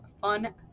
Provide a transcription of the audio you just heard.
fun